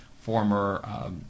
former